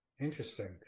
Interesting